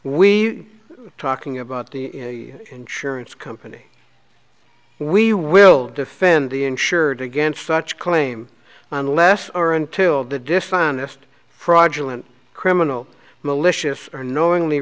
are talking about the insurance company we will defend the insured against such claim unless or until the dishonest fraudulent criminal malicious or knowingly